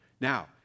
Now